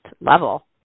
level